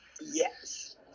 Yes